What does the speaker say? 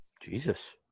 Jesus